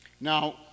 Now